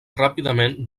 ràpidament